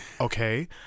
okay